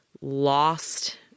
lost